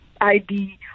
ID